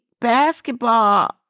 basketball